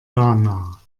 ghana